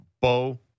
Bo